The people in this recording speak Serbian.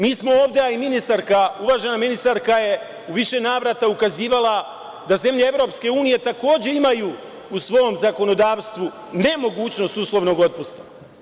Mi smo ovde a i ministarka, uvažena ministarka je u više navrata ukazivala da zemlje EU takođe imaju u svom zakonodavstvu nemogućnost uslovnog otpusta.